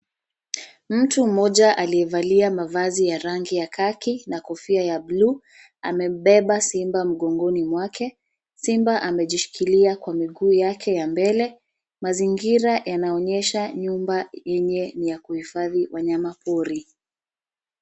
Mtu mmoja aliyevalia mavazi ya rangi ya kaki na kofia ya bluu, amembeba simba mgongoni mwake. Simba amejishikilia kwa miguu yake ya mbele, mazingira yanaonyesha nyumba yenye ni ya kuhifadhi wanyama pori.